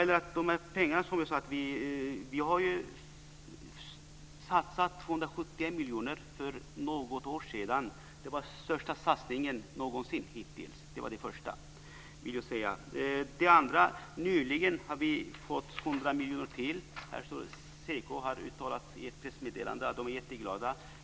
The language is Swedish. Vad gäller pengarna har vi ju satsat 271 miljoner för något år sedan. Det var den största satsningen någonsin. Det är det första. Det andra är att kriminalvården nyligen har fått 100 miljoner extra för att bekämpa narkotikan i fängelserna.